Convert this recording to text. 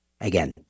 again